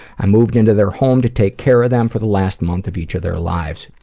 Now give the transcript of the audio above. i moved into their home to take care of them for the last month of each of their lives,